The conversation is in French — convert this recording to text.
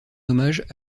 hommage